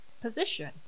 position